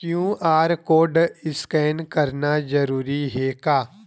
QR code scan करना जरूरी हे का?